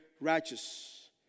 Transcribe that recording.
righteous